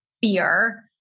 Fear